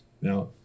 Now